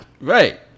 Right